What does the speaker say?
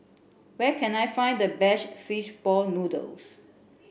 where can I find the best fish ball noodles